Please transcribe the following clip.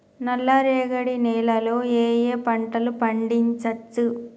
నల్లరేగడి నేల లో ఏ ఏ పంట లు పండించచ్చు?